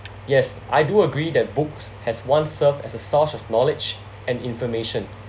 yes I do agree that books has once served as a source of knowledge and information